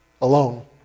alone